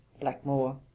Blackmore